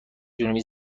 جنوبی